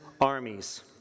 armies